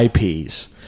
IPs